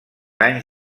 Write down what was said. anys